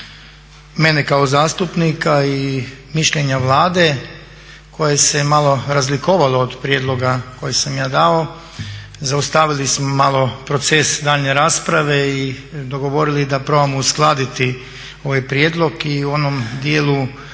mene kao zastupnika i mišljenja Vlade koje se malo razlikovalo od prijedloga koje sam ja dao, zaustavili smo malo proces daljnje rasprave i dogovorili da probamo uskladiti ovaj prijedlog. I u onom dijelu amandmana